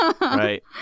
Right